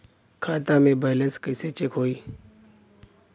खता के बैलेंस कइसे चेक होई?